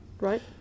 right